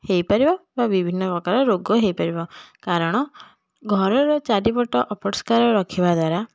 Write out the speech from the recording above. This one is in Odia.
ହେଇପାରିବ ବା ବିଭିନ୍ନପ୍ରକାର ରୋଗ ହେଇପାରିବ କାରଣ ଘରର ଚାରିପଟ ଅପରିଷ୍କାର ରଖିବା ଦ୍ୱାରା